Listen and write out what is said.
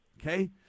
okay